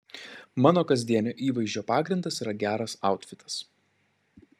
mano kasdienio įvaizdžio pagrindas yra geras autfitas